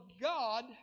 God